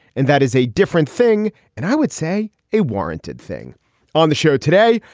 and that is a different thing and i would say a warranted thing on the show today.